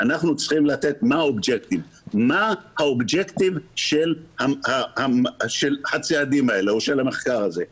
אנחנו צריכים לתת מה ה-objective של הצעדים האלה או של המחקר הזה?